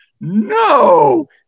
no